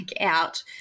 out